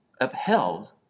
upheld